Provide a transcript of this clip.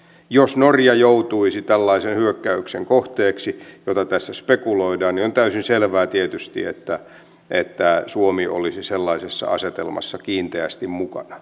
jos norja joutuisi tällaisen hyökkäyksen kohteeksi jota tässä spekuloidaan niin on tietysti täysin selvää että suomi olisi sellaisessa asetelmassa kiinteästi mukana